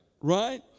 Right